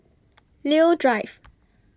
Leo Drive